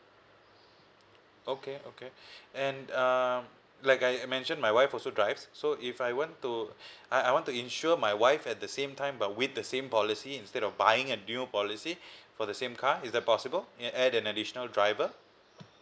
okay okay and uh like I mention my wife also drives so if I want to I I want to insure my wife at the same time but with the same policy instead of buying a new policy for the same car is that possible and add an additional driver